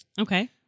Okay